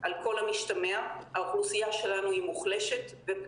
כאלה משום שאינם ברי פינוי